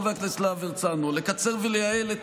חבר הכנסת להב הרצנו לקצר ולייעל את